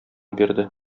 бирде